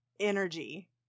energy